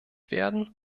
werden